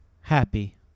happy